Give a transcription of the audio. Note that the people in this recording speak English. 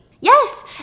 Yes